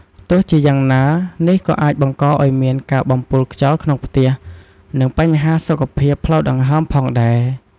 ទោះជាយ៉ាងណា នេះក៏អាចបង្កឱ្យមានការបំពុលខ្យល់ក្នុងផ្ទះ និងបញ្ហាសុខភាពផ្លូវដង្ហើមផងដែរ។